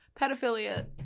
Pedophilia